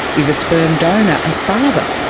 is a sperm donor a father?